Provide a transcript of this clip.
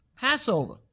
Passover